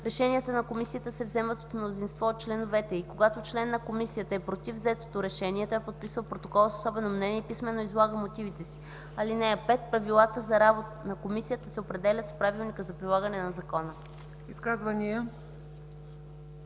Решенията на комисията се вземат с мнозинство от членовете й. Когато член на комисията е против взетото решение, той подписва протокола с особено мнение и писмено излага мотивите си. (5) Правилата за работа на комисията се определят с правилника за прилагане на закона.”